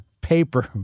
paper